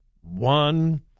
one